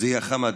ופאוזיה חמד,